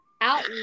out